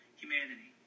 humanity